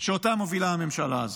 שאותה מובילה הממשלה הזאת.